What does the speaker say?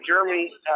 Germany